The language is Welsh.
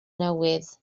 newydd